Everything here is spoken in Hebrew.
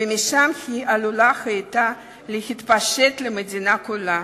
ומשם היא עלולה היתה להתפשט למדינה כולה.